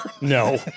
No